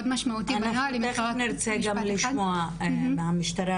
תכף נרצה לשמוע גם מהמשטרה,